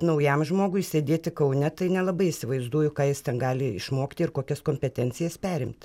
naujam žmogui sėdėti kaune tai nelabai įsivaizduoju ką jis ten gali išmokti ir kokias kompetencijas perimt